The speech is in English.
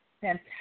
fantastic